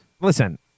Listen